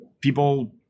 people